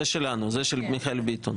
זה שלנו, זה של מיכאל ביטון.